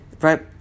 right